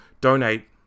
donate